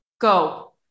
go